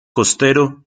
costero